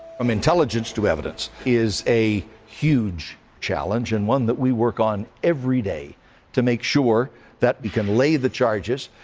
um intelligence to evidence, is a huge challenge. and one that we work on every day to make sure that we can lay the charges,